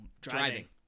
Driving